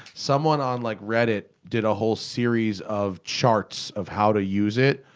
someone on like reddit did a whole series of charts of how to use it.